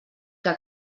que